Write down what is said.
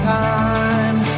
time